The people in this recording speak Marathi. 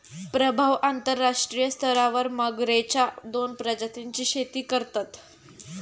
प्रभाव अंतरराष्ट्रीय स्तरावर मगरेच्या दोन प्रजातींची शेती करतत